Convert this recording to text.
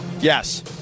yes